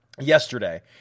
yesterday